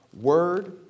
word